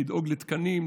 לדאוג לתקנים,